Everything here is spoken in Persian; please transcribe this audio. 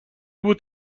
بود